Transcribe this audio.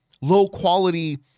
low-quality